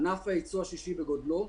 ענף הייצוא השישי בגודלו,